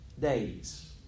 days